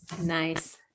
Nice